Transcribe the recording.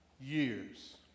years